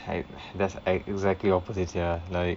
!hais! that's exactly opposite sia like